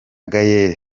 gaël